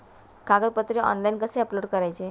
कागदपत्रे ऑनलाइन कसे अपलोड करायचे?